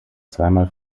zweimal